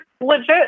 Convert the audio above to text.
legit